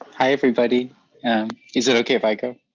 hi, everybody. is it kind of i go?